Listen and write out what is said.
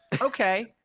okay